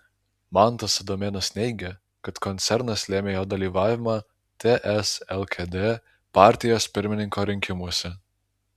mantas adomėnas neigia kad koncernas lėmė jo dalyvavimą ts lkd partijos pirmininko rinkimuose